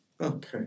Okay